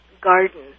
garden